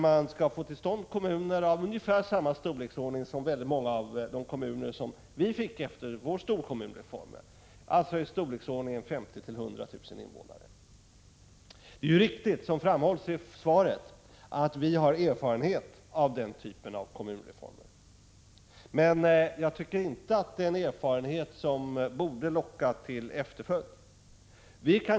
Man vill få till stånd kommuner av ungefär samma storlek som många av de kommuner som vi fick efter vår storkommunsreform, alltså kommuner med 50 000-100 000 invånare. Det är riktigt att vi, som framhålls i svaret, har erfarenhet av denna typ av kommunreform, men jag tycker inte att det är en erfarenhet som borde locka till efterföljd.